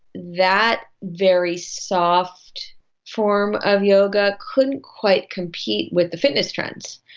that very soft form of yoga couldn't quite compete with the fitness trends.